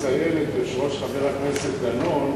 צריך לציין את יושרו של חבר הכנסת דנון,